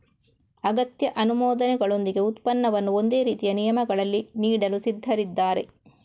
ಅಗತ್ಯ ಅನುಮೋದನೆಗಳೊಂದಿಗೆ ಉತ್ಪನ್ನವನ್ನು ಒಂದೇ ರೀತಿಯ ನಿಯಮಗಳಲ್ಲಿ ನೀಡಲು ಸಿದ್ಧರಿದ್ದಾರೆ